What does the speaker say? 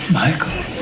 michael